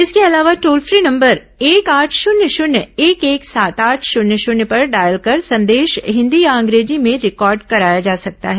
इसके अलावा toll free number एक आठ शुन्य शुन्य एक एक सात आठ शुन्य शुन्य पर डायल कर संदेश हिन्दी या अंग्रेजी में रिकॉर्ड कराया जा सकता है